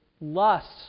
lust